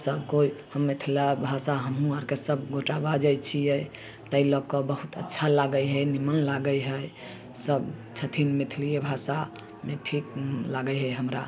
सभकोइ हम मिथिला भाषा हमहूँ आओरके सभगोटा बाजै छिए ताहि लऽ कऽ बहुत अच्छा लागै हइ निम्मन लागै हइ सभ छथिन मैथिलिए भाषामे ठीक लागै हइ हमरा